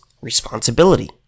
responsibility